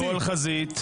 -- בכל חזית.